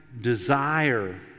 desire